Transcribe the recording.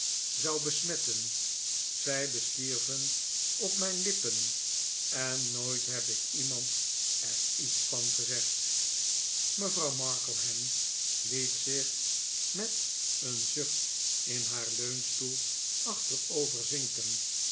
zou besmetten zij bestierven op mijn lippen en nooit heb ik iemand er iets van gezegd mevrouw markleham liet zich met een zucht in haar